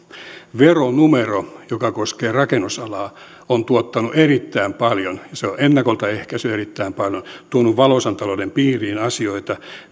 veronumero joka koskee rakennusalaa on tuottanut erittäin paljon ja se on ennakolta ehkäissyt erittäin paljon tuonut valoisan talouden piiriin asioita